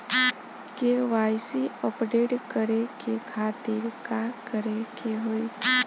KYC update करे के खातिर का करे के होई?